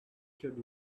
should